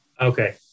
Okay